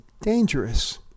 dangerous